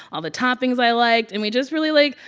all the toppings i liked. and we just really, like,